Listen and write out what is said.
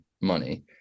money